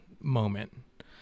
moment